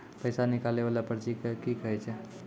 पैसा निकाले वाला पर्ची के की कहै छै?